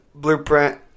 blueprint